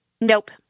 Nope